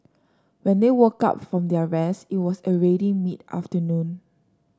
when they woke up from their rest it was already mid afternoon